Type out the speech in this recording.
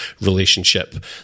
relationship